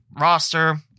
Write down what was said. roster